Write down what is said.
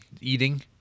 eating